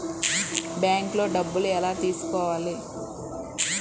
బ్యాంక్లో డబ్బులు ఎలా తీసుకోవాలి?